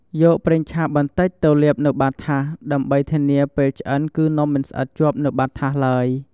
យកប្រេងឆាបន្តិចទៅលាបនៅបាតថាស ដើម្បីធានាពេលដែលឆ្អិនគឺនំមិនស្អិតជាប់នៅបាតថាសឡើយ។